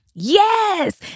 Yes